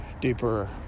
deeper